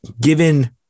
given